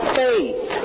faith